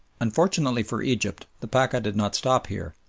unfortunately for egypt, the pacha did not stop here.